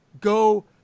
go